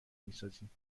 میسازیم